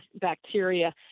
bacteria